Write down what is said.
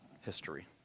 history